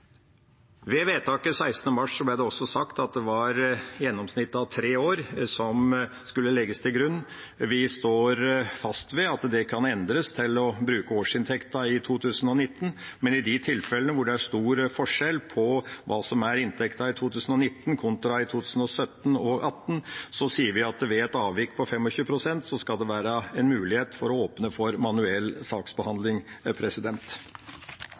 Ved vedtaket 16. mars ble det også sagt at det var gjennomsnittet av siste tre års inntekt som skulle legges til grunn. Vi står fast ved at det kan endres til å bruke årsinntekten i 2019. Men i de tilfellene hvor det er stor forskjell på inntekten i 2019 kontra i 2017 og 2018, sier vi at ved et avvik på 25 pst. skal det være en mulighet for å åpne for manuell saksbehandling.